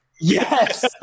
Yes